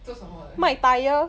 做什么的